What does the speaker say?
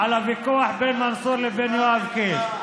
על הוויכוח בין מנסור לבין יואב קיש?